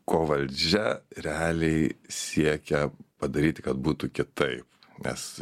ko valdžia realiai siekia padaryti kad būtų kitaip nes